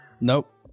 Nope